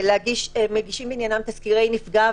מגישים בעניינם תזכירי נפגע,